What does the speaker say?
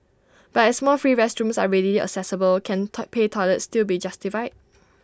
but as more free restrooms are readily accessible can top pay toilets still be justified